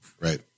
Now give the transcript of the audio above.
Right